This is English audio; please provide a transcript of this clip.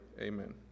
Amen